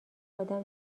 آدم